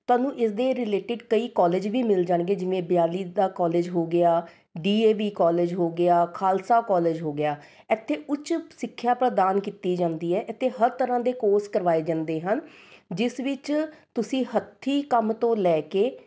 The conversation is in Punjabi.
ਤੁਹਾਨੂੰ ਇਸ ਦੇ ਰਿਲੇਟਿਡ ਕਈ ਕੋਲਜ ਵੀ ਮਿਲ ਜਾਣਗੇ ਜਿਵੇਂ ਬਿਆਲੀ ਦਾ ਕੋਲਜ ਹੋ ਗਿਆ ਡੀ ਏ ਵੀ ਕੋਲਜ ਹੋ ਗਿਆ ਖਾਲਸਾ ਕੋਲਜ ਹੋ ਗਿਆ ਇੱਥੇ ਉੱਚ ਸਿੱਖਿਆ ਪ੍ਰਦਾਨ ਕੀਤੀ ਜਾਂਦੀ ਹੈ ਇੱਥੇ ਹਰ ਤਰ੍ਹਾਂ ਦੇ ਕੋਰਸ ਕਰਵਾਏ ਜਾਂਦੇ ਹਨ ਜਿਸ ਵਿੱਚ ਤੁਸੀਂ ਹੱਥੀਂ ਕੰਮ ਤੋਂ ਲੈ ਕੇ